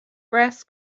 brass